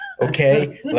Okay